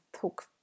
took